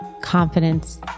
confidence